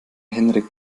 henrik